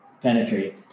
penetrate